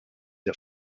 der